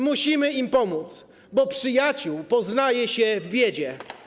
Musimy im pomóc, bo przyjaciół poznaje się w biedzie.